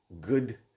good